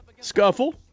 Scuffle